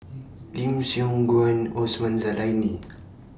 Lim Siong Guan Osman Zailani